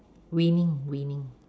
winning winning